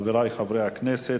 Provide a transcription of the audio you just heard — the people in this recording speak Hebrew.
חברי חברי הכנסת,